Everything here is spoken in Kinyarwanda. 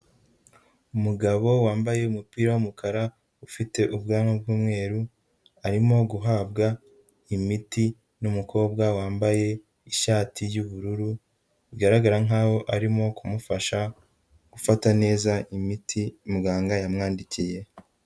Umugabo wambaye umupira w'umukara ufite ubwanwa bw'umweru, arimo guhabwa imiti n'umukobwa wambaye ishati y'ubururu, bigaragara nkaho arimo kumufasha gufata neza imiti muganga yamwandikiye.